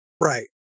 Right